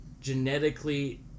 genetically